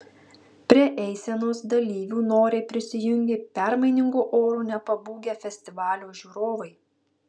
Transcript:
prie eisenos dalyvių noriai prisijungė permainingo oro nepabūgę festivalio žiūrovai